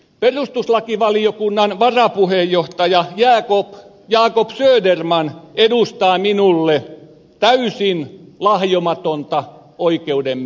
perustuslakivaliokunnan varapuheenjohtaja jacob söderman edustaa minulle täysin lahjomatonta oikeuden miestä